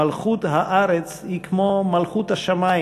מלכות הארץ היא כמו מלכות השמים.